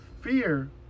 fear